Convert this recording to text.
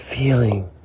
Feeling